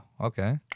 okay